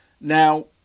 now